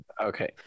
Okay